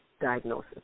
diagnosis